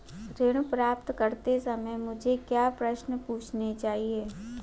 ऋण प्राप्त करते समय मुझे क्या प्रश्न पूछने चाहिए?